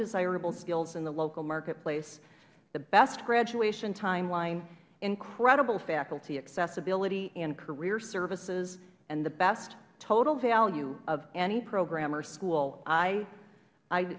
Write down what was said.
desirable skills in the local marketplace the best graduation time line incredible faculty accessibility and career services and the best total value of any program or school i